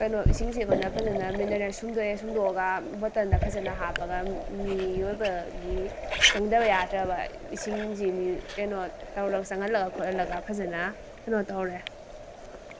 ꯀꯩꯅꯣ ꯏꯁꯤꯡꯁꯤ ꯑꯩꯈꯣꯏꯅ ꯐꯖꯅ ꯃꯤꯅꯔꯦꯜ ꯁꯨꯡꯗꯣꯛꯑꯦ ꯁꯨꯡꯗꯣꯛꯑꯒ ꯕꯇꯜꯗ ꯐꯖꯅ ꯍꯥꯞꯄꯒ ꯃꯤ ꯑꯣꯏꯕꯒꯤ ꯆꯪꯗꯕ ꯌꯥꯗ꯭ꯔꯕ ꯏꯁꯤꯡꯁꯤ ꯀꯩꯅꯣ ꯇꯧꯔ ꯆꯪꯍꯜꯂ ꯈꯣꯠꯍꯜꯂꯒ ꯐꯖꯅ ꯀꯩꯅꯣ ꯇꯧꯔꯦ